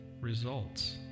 results